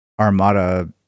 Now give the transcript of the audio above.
Armada